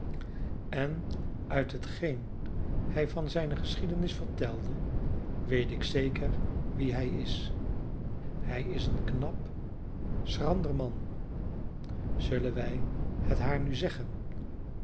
en uit hetgeen hij van zijne geschiedenis vertelde weet ik zeker wie hij is hij is een knap schrander man zullen wij het haar nu zeggen